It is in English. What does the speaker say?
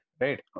right